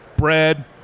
bread